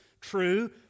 true